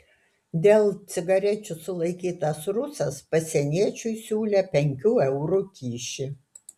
dėl cigarečių sulaikytas rusas pasieniečiui siūlė penkių eurų kyšį